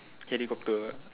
helicopter